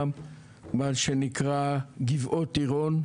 מה שנקרא גבעות עירון,